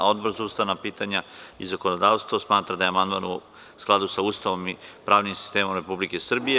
Odbor za ustavna pitanja i zakonodavstvo smatra da je amandman u skladu sa Ustavom i pravnim sistemom Republike Srbije.